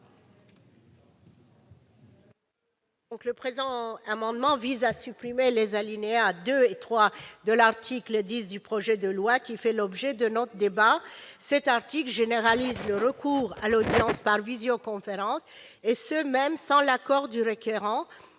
Le présent amendement vise à supprimer les alinéas 2 et 3 de l'article 10 du projet de loi. Cet article généralise le recours à l'audience par visioconférence, et ce même sans l'accord du requérant